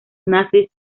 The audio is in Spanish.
nazis